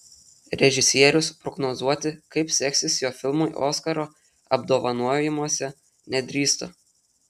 režisierius prognozuoti kaip seksis jo filmui oskaro apdovanojimuose nedrįsta